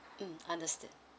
mmhmm understand